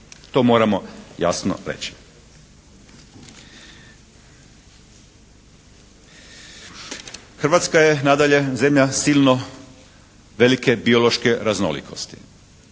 To moramo jasno reći. Hrvatska je nadalje zemlja silno velike biološke raznolikosti.